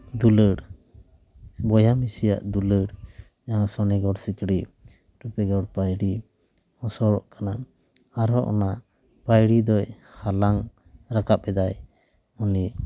ᱫᱩᱞᱟᱹᱲ ᱥᱮ ᱵᱚᱭᱦᱟ ᱢᱤᱥᱤᱭᱟᱜ ᱫᱩᱞᱟᱹᱲ ᱡᱟᱦᱟᱸ ᱥᱚᱱᱮᱜᱚᱲ ᱥᱤᱠᱲᱤ ᱨᱩᱯᱮᱜᱚᱲ ᱯᱟᱸᱭᱲᱤ ᱦᱚᱥᱚᱨᱚᱜ ᱠᱟᱱᱟ ᱟᱨᱦᱚᱸ ᱚᱱᱟ ᱯᱟᱸᱭᱲᱤ ᱫᱚᱭ ᱦᱟᱞᱟᱝ ᱨᱟᱠᱟᱵᱽ ᱮᱫᱟᱭ ᱩᱱᱤ